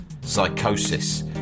psychosis